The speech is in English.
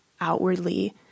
outwardly